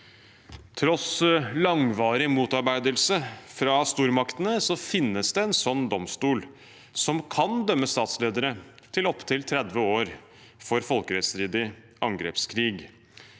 for langvarig motarbeidelse fra stormaktene finnes det en sånn domstol, som kan dømme statsledere til opptil 30 år for folkerettsstridig angrepskrig.